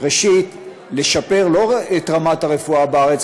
ראשית לשפר לא רק את רמת הרפואה בארץ,